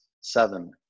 seven